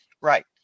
Right